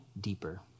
deeper